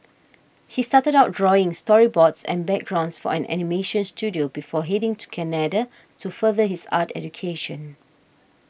he started out drawing storyboards and backgrounds for an animation studio before heading to Canada to further his art education